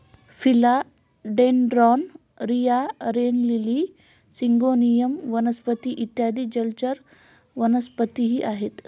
फिला dendron, रिया, rain lily, syngonium वनस्पती इत्यादी जलचर वनस्पतीही आहेत